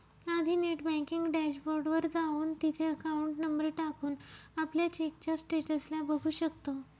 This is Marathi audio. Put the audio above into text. आधी नेट बँकिंग डॅश बोर्ड वर जाऊन, तिथे अकाउंट नंबर टाकून, आपल्या चेकच्या स्टेटस ला बघू शकतो